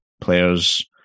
players